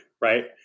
right